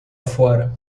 fora